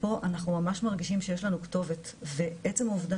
פה אנחנו ממש מרגישים שיש לנו כתובת ועצם העובדה